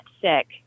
sick